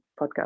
podcast